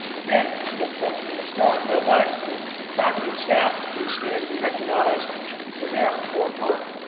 again it's difficult because it's dark, but i'd like the faculty and staff to please stand be recognized for their hard work.